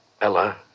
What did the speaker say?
Ella